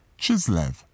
Chislev